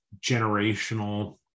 generational